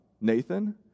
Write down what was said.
Nathan